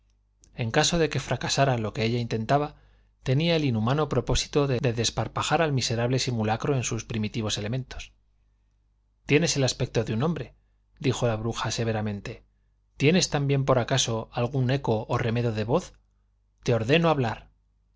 en caso de que fracasara lo que ella intentaba tenía el inhumano propósito de desparpajar al miserable simulacro en sus primitivos elementos tienes el aspecto de un hombre dijo la bruja severamente tienes también por acaso algún eco o remedo de voz te ordeno hablar